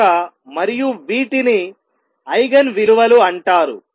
కనుక మరియు వీటిని ఐగెన్ విలువలు అంటారు